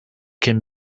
can